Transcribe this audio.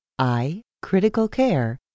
iCriticalCare